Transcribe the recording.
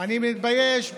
אני מתבייש בימינה,